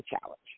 Challenge